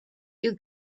you